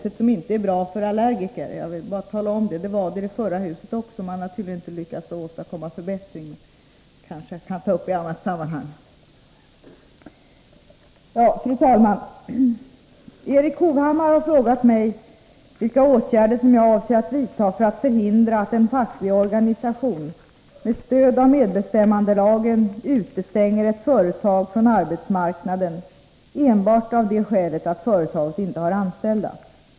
Erik Hovhammar har frågat mig vilka åtgärder som jag avser att vidta för att förhindra att en facklig organisation med stöd av medbestämmandelagen utestänger ett företag från arbetsmarknaden enbart av det skälet att företaget inte har anställda.